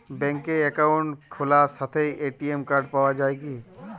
ব্যাঙ্কে অ্যাকাউন্ট খোলার সাথেই এ.টি.এম কার্ড পাওয়া যায় কি?